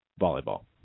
volleyball